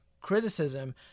criticism